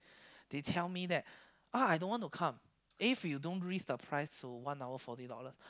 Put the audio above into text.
they tell me that uh I don't want to come if you don't rise the price to one hour forty dollars